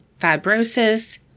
fibrosis